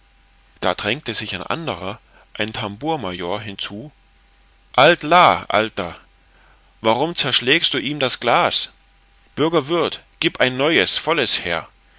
da drängte sich ein anderer ein tambour major hinzu halte l alter warum zerschlägst du ihm das glas bürger wirth gib ein neues volles her